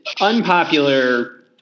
unpopular